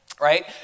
right